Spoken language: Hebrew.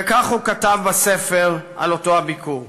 וכך הוא כתב בספר על אותו הביקור: